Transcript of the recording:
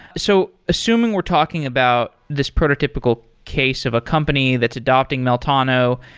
so assuming we're talking about this prototypical case of a company that's adopting meltano,